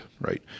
right